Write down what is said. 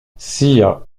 sire